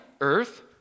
earth